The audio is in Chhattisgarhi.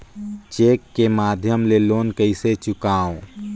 चेक के माध्यम ले लोन कइसे चुकांव?